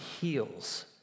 heals